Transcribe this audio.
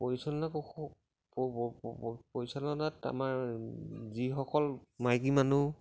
পৰিচালনা পৰিচালনাত আমাৰ যিসকল মাইকী মানুহ